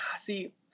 See